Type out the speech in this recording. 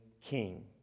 king